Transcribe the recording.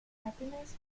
happiness